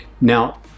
Now